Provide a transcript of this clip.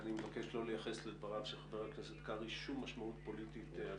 אני מבקש לא לייחס לדבריו של חבר הכנסת קרעי שום משמעות פוליטית אבל